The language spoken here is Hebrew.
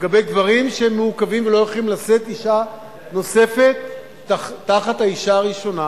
לגבי גברים שהם מעוכבים ולא יכולים לשאת אשה נוספת תחת האשה הראשונה,